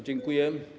Dziękuję.